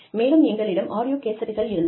மேலும் எங்களிடம் ஆடியோ கேசட்டுகள் இருந்தன